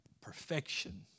perfection